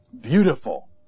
beautiful